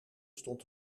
stond